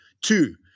two